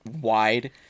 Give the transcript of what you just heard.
wide